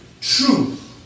truth